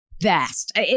Best